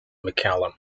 mccallum